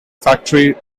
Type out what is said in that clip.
factory